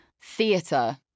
theatre